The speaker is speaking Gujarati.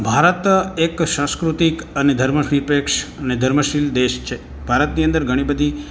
ભારત એક સાંસ્કૃતિક અને ધર્મ નિરપેક્ષ અને ધર્મશીલ દેશ છે ભારતની અંદર ઘણીબધી